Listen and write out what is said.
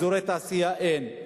אזורי תעשייה אין.